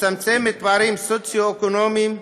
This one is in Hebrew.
מצמצמת פערים סוציו-אקונומיים,